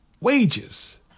wages